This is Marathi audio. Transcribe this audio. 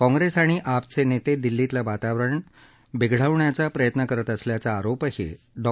काँग्रेस आणि आपचे नेते दिल्लीतलं वातावरण बिघडवण्याचा प्रयत्न करत असल्याचा आरोपही डॉ